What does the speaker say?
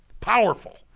Powerful